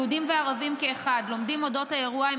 יהודים וערבים כאחד לומדים על האירוע עם